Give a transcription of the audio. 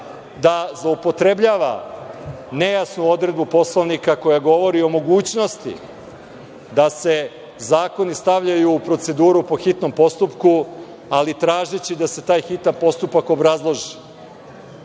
da zloupotrebljava nejasnu odredbu Poslovnika koja govori o mogućnosti da se zakoni stavljaju u proceduru po hitnom postupku, ali tražeći da se taj hitan postupak obrazloži.